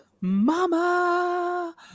mama